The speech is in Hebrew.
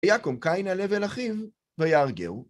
ויקום קין להבל אחיו, ויהרגהו.